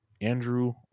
Andrew